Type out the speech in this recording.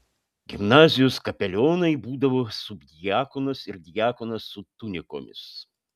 gimnazijos kapelionai būdavo subdiakonas ir diakonas su tunikomis